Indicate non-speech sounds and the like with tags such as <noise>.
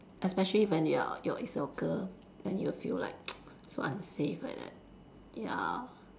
especially when you are your it's your girl then you will feel like <noise> so unsafe like that ya